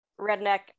redneck